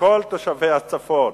ולכל תושבי הצפון.